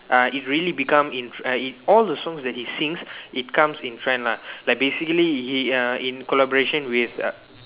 uh it really become in tre~ in all the songs that he sings it comes in trend lah like basically he uh in collaboration with uh